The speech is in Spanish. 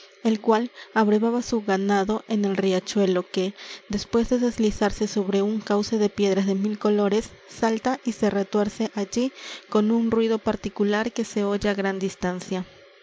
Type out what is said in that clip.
el cual abrevaba su ganado en el riachuelo que después de deslizarse sobre un cauce de piedras de mil colores salta y se retuerce allí con un ruido particular que se oye á gran distancia